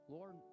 Lord